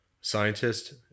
scientist